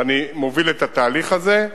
ואני מוביל את התהליך הזה,